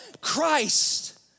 Christ